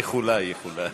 איחולי, איחולי.